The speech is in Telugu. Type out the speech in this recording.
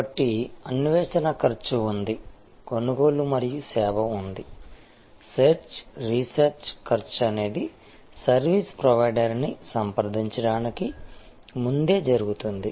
కాబట్టి అన్వేషణ ఖర్చు ఉంది కొనుగోలు మరియు సేవ ఉంది సెర్చ్ రీసెర్చ్ ఖర్చు అనేది సర్వీస్ ప్రొవైడర్ని సంప్రదించడానికి ముందే జరుగుతుంది